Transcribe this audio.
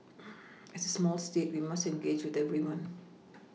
as a small state we must engage with everyone